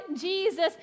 Jesus